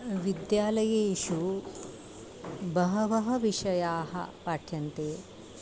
विद्यालयेषु बहवः विषयाः पाठ्यन्ते